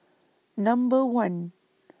Number one